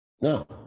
No